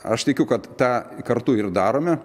aš tikiu kad tą kartu ir darome